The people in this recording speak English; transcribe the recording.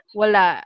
wala